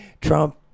Trump